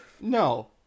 No